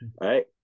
right